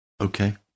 Okay